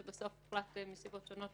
כשבסוף הוחלט מסיבות שונות